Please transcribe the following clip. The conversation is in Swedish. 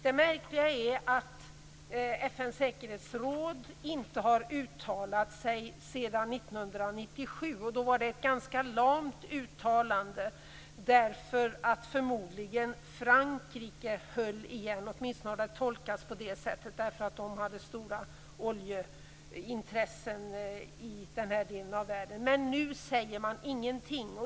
Det märkliga är att FN:s säkerhetsråd inte har uttalat sig sedan 1997. Då var det ett ganska lamt uttalande. Förmodligen berodde det på att Frankrike höll igen. Det har åtminstone tolkats på det sättet, eftersom de hade stora oljeintressen i den här delen av världen. Nu säger man ingenting.